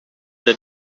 the